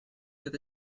with